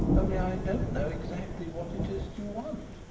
only i don't know exactly what it is you want